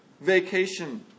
vacation